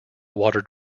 water